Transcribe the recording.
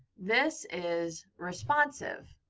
this is responsive.